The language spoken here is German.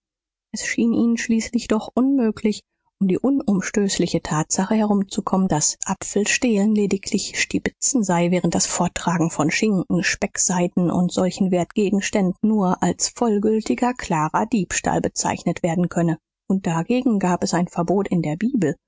es schien ihnen schließlich doch unmöglich um die unumstößliche tatsache herumzukommen daß äpfelstehlen lediglich stibitzen sei während das forttragen von schinken speckseiten und solchen wertgegenständen nur als vollgültiger klarer diebstahl bezeichnet werden könne und dagegen gab es ein verbot in der bibel